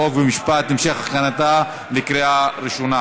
חוק ומשפט להמשך הכנתה לקריאה ראשונה.